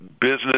business